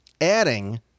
adding